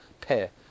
pair